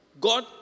God